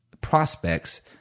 prospects